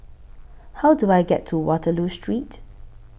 How Do I get to Waterloo Street